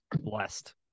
blessed